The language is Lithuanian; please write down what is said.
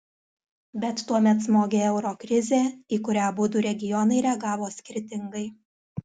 bet tuomet smogė euro krizė į kurią abudu regionai reagavo skirtingai